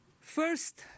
First